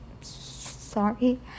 sorry